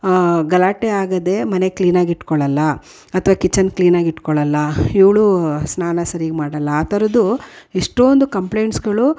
ಗಲಾಟೆ ಆಗೋದೇ ಮನೆ ಕ್ಲೀನಾಗಿಟ್ಕೋಳಲ್ಲ ಅಥ್ವಾ ಕಿಚನ್ ಕ್ಲೀನಾಗಿಟ್ಕೋಳಲ್ಲ ಇವಳು ಸ್ನಾನ ಸರೀಗೆ ಮಾಡೋಲ್ಲ ಆ ಥರದ್ದು ಎಷ್ಟೋಂದು ಕಂಪ್ಲೇಂಟ್ಸುಗಳು